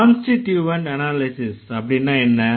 constituent analysis அப்படின்னா என்ன